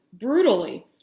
brutally